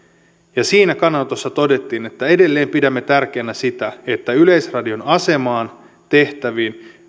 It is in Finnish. siinä kannanotossa todettiin että edelleen pidämme tärkeänä sitä että yleisradion asemaan tehtäviin